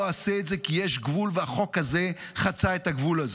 אעשה את זה כי יש גבול והחוק הזה חצה את הגבול הזה,